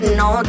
no